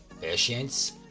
Patient's